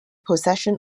possession